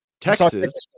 Texas